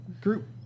group